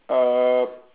uh